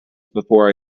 before